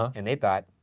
and they thought,